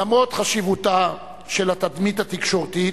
למרות חשיבותה של התדמית התקשורתית,